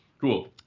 Cool